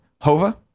Hova